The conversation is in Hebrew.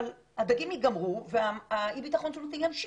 אבל, הדגים יגמרו ואי הביטחון התזונתי ימשיך.